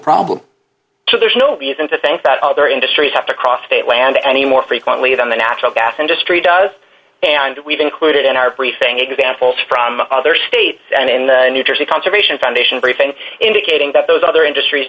problem so there's no reason to think that other industries have to cross state land any more frequently than the natural gas industry does and we've included in our briefing examples from other states and new jersey conservation foundation briefing indicating that those other industries